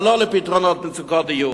אבל פתרון למצוקת הדיור,